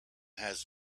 has